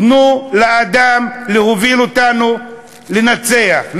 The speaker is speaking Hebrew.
תנו לאדם להוביל אותנו לנצח,